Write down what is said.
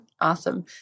Awesome